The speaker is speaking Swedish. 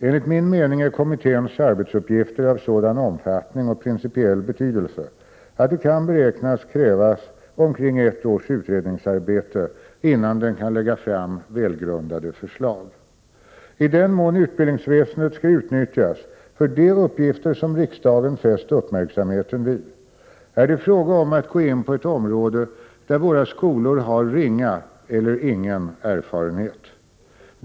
Enligt min uppfattning är kommitténs arbetsuppgifter av sådan omfattning och principiell betydelse att det kan beräknas krävas omkring ett års utredningsarbete innan den kan lägga fram välgrundade förslag. I den mån utbildningsväsendet skall utnyttjas för de uppgifter som riksdagen fäst uppmärksamheten vid, är det fråga om att gå in på ett område där våra skolor har ringa eller ingen erfarenhet.